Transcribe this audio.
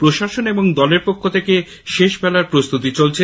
প্রশাসন এবং দলের পক্ষ থেকে শেষ বেলার প্রস্তুতি চলছে